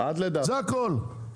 זה הכל,